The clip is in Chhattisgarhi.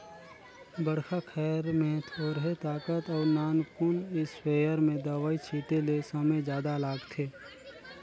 बड़खा खायर में थोरहें ताकत अउ नानकुन इस्पेयर में दवई छिटे ले समे जादा लागथे